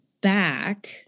back